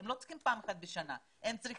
הם לא צריכים לקבל פעם בשנה אלא הם צריכים